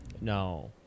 No